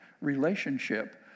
relationship